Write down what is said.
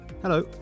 Hello